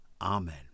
Amen